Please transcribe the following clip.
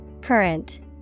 Current